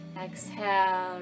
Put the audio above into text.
exhale